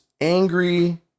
angry